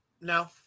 No